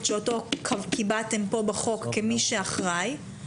שאותו קיבעתם פה בחוק כמי שאחראי,